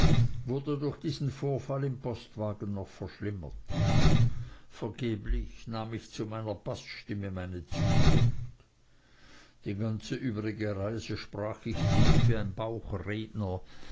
wurde durch diesen vorfall im postwagen noch verschlimmert vergeblich nahm ich zu meiner baßstimme meine zuflucht die ganze übrige reise sprach ich tief wie ein bauchredner